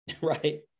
right